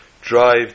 drive